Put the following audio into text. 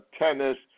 tennis